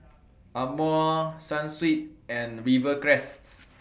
Amore Sunsweet and Rivercrest